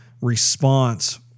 response